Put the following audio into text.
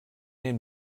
den